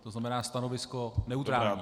To znamená, stanovisko neutrální.